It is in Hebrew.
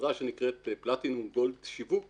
החברה שנקראת פלטינום גולד שיווק